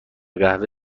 قهوه